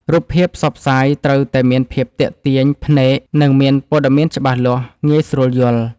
រូបភាពផ្សព្វផ្សាយត្រូវតែមានភាពទាក់ទាញភ្នែក និង មានព័ត៌មានច្បាស់លាស់ងាយស្រួលយល់។